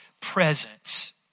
presence